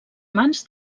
mans